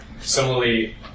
Similarly